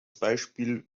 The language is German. beispiel